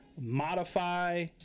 modify